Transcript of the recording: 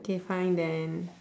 K fine then